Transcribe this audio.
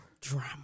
drama